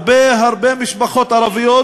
הרבה הרבה משפחות ערביות,